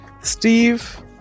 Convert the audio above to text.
Steve